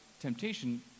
temptation